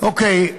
אוקיי,